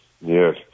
Yes